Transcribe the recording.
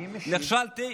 נכשלתי.